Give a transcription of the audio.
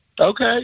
Okay